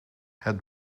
het